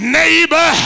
neighbor